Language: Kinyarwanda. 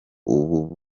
ubu